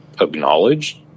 acknowledged